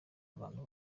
abantu